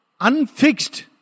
unfixed